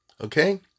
okay